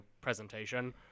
presentation